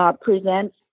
presents